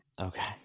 okay